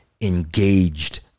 engaged